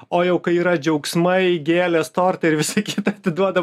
o jau kai yra džiaugsmai gėlės tortai ir visa kita atiduoda